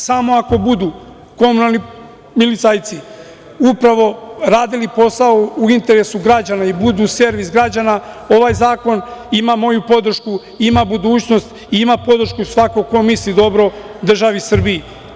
Samo ako budu komunalni milicajci upravo radili posao u interesu građana i budu servis građana ovaj zakon ima moju podršku, ima budućnost, ima podršku svakog ko misli državi Srbiji.